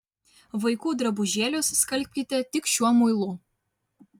vaikų drabužėlius skalbkite tik šiuo muilu